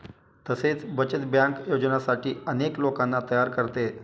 तसेच बचत बँक योजनांसाठी अनेक लोकांना तयार करते